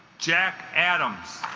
jack adams